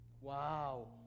Wow